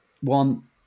One